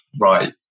right